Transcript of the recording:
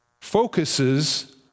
focuses